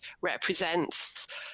represents